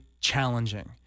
challenging